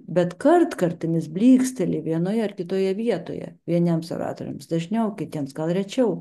bet kartkartėmis blyksteli vienoje ar kitoje vietoje vieniems oratoriams dažniau kitiems gal rečiau